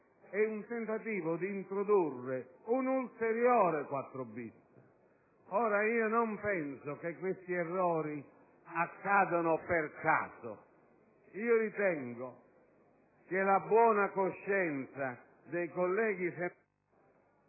è il tentativo di introdurre un ulteriore articolo 4-*bis*. Io non penso che questi errori accadano per caso. Io ritengo che la buona coscienza dei colleghi